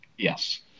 yes